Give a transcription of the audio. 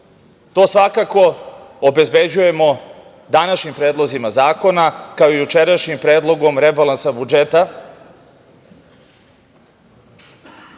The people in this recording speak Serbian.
svakako obezbeđujemo današnjim predlozima zakona, kao i jučerašnjim predlogom rebalansa budžeta,